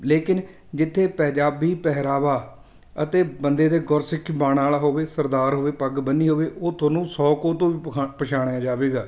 ਲੇਕਿਨ ਜਿੱਥੇ ਪੰਜਾਬੀ ਪਹਿਰਾਵਾ ਅਤੇ ਬੰਦੇ ਦੇ ਗੁਰਸਿੱਖ ਬਾਣ ਵਾਲਾ ਹੋਵੇ ਸਰਦਾਰ ਹੋਵੇ ਪੱਗ ਬੰਨੀ ਹੋਵੇ ਉਹ ਤੁਹਾਨੂੰ ਸੌ ਕੋਹ ਤੋਂ ਵੀ ਪਖਾ ਪਛਾਣਿਆ ਜਾਵੇਗਾ